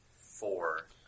Four